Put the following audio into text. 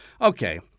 Okay